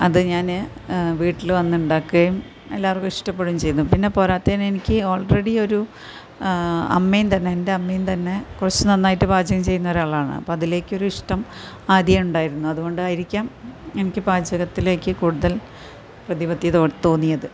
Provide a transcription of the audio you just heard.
അത് ഞാൻ വീട്ടിൽ അന്നുണ്ടാക്കുകയും എല്ലാവർക്കും ഇഷ്ടപ്പെടുകയും ചെയ്തു പിന്നെ പോരാത്തതിന് എനിക്ക് ഓൾ റെഡി ഒരു അമ്മേം തന്നെ എൻ്റെ അമ്മേം തന്നെ കുറച്ച് നന്നായിട്ട് പാചകം ചെയ്യുന്ന ഒരാളാണ് അപ്പത്തിലേക്കൊരിഷ്ടം ആദ്യം ഉണ്ടായിരുന്നു അതുകൊണ്ടായിരിക്കാം എനിക്ക് പാചകത്തിലേക്ക് കൂടുതൽ പ്രതിപദ്ധ്യത തോന്നിയത്